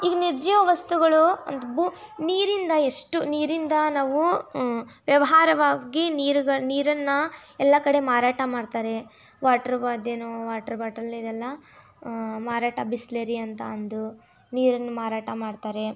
ಈಗ ನಿರ್ಜೀವ ವಸ್ತುಗಳು ಇದು ಬೂ ನೀರಿಂದ ಎಷ್ಟು ನೀರಿಂದ ನಾವು ವ್ಯವಹಾರವಾಗಿ ನೀರುಗಳು ನೀರನ್ನು ಎಲ್ಲ ಕಡೆ ಮಾರಾಟ ಮಾಡ್ತಾರೆ ವಾಟ್ರ್ ವಾಟ್ರ್ ಬಾಟಲಿನೆಲ್ಲ ಮಾರಾಟ ಬಿಸ್ಲರಿ ಅಂತ ಅಂದು ನೀರನ್ನು ಮಾರಾಟ ಮಾಡ್ತಾರೆ